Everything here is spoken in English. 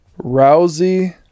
Rousey